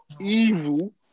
evil